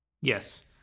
Yes